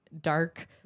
dark